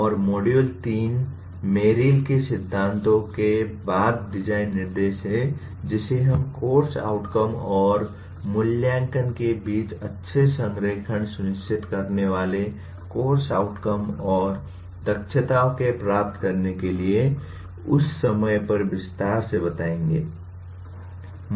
और module 3 Merrill के सिद्धांतों के बाद डिजाइन निर्देश है जिसे हम कोर्स आउटकम और मूल्यांकन के बीच अच्छे संरेखण सुनिश्चित करने वाले कोर्स आउटकम और दक्षताओं को प्राप्त करने के लिए उस समय पर विस्तार से बताएंगे